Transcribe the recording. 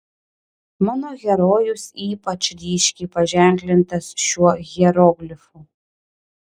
mano herojus ypač ryškiai paženklintas šiuo hieroglifu